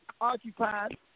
occupied